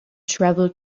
travel